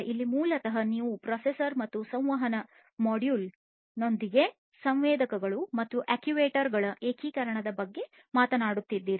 ಇಲ್ಲಿ ಮೂಲತಃ ನೀವು ಪ್ರೊಸೆಸರ್ ಮತ್ತು ಸಂವಹನ ಮಾಡ್ಯೂಲ್ ನೊಂದಿಗೆ ಸಂವೇದಕಗಳು ಮತ್ತು ಅಕ್ಚುಯೇಟರ್ ಏಕೀಕರಣದ ಬಗ್ಗೆ ಮಾತನಾಡುತ್ತಿದ್ದೀರಿ